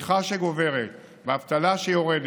בצמיחה שגוברת, באבטלה שיורדת,